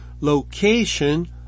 location